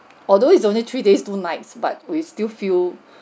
although it's only three days two nights but we still feel